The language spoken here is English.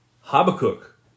Habakkuk